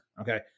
okay